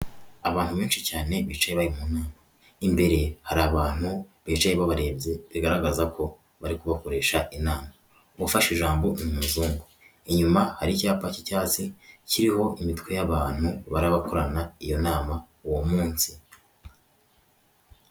Abantu benshi cyane bicaye bari mu nama, imbere hari abantu bicaye babarebye bigaragaza ko bari kubakoresha inama, uwafashe ijambo ni umuzungu, inyuma hari icyapa cy'icyatsi kiriho imitwe y'abantu barabakorana iyo nama uwo munsi.